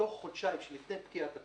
בתוך חודשיים שלפני פקיעת התוקף,